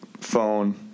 Phone